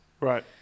Right